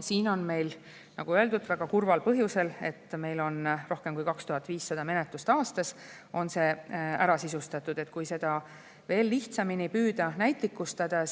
Siin on meil, nagu öeldud, väga kurval põhjusel, et meil on rohkem kui 2500 menetlust aastas, see ära sisustatud. Püüan seda veel lihtsamini näitlikustada: